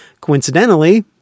Coincidentally